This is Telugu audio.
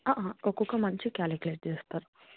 ఒక్కొక్క మనిషికి క్యాల్కులేట్ చేస్తారు